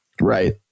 Right